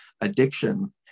addiction